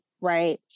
Right